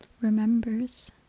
remembers